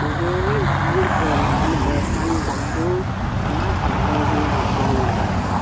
دیوی brand کے لال بیسن لڈو مت بھیجنا پلیج